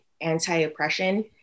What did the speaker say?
anti-oppression